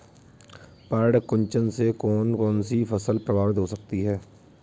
पर्ण कुंचन से कौन कौन सी फसल प्रभावित हो सकती है?